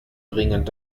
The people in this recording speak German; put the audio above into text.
dringend